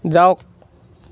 যাওক